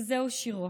וזהו שירו,